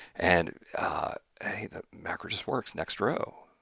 and the macro just works, next row.